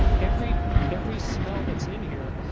every every smell that's in here,